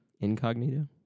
Incognito